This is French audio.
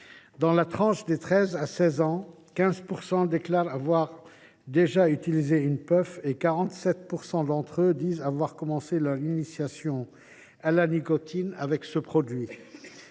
Dans la tranche des 13 16 ans, 15 % déclarent avoir déjà utilisé une puff et 47 % d’entre eux disent avoir commencé leur initiation à la nicotine avec ce produit.